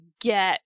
get